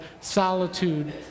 solitude